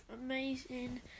amazing